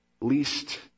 least